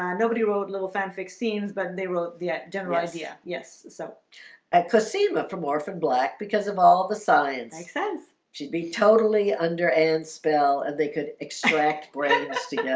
um nobody wrote little fanfic scenes, but they wrote the generalize. yeah. yes so a cosima from orphan black because of all the science success she'd be totally under an spell and they could extract bring us together. you know